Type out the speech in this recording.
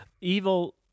Evil